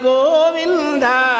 Govinda